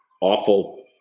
awful